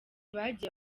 bagiye